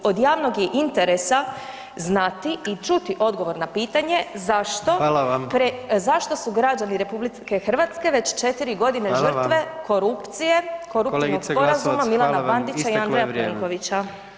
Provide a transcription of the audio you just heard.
Od javnog je interesa znati i čuti odgovor na pitanje zašto [[Upadica: Hvala vam.]] zašto su građani RH već 4 godine žrtve korupcije, koruptivnog sporazuma Milana [[Upadica: Kolegice Glasovac hvala vam, isteklo je vrijeme.]] Bandića i Andreja Plenkovića.